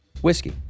whiskey